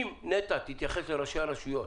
אם נת"ע תתייחס לראשי הרשויות